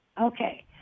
Okay